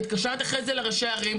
והתקשרתי אחרי זה לראשי ערים,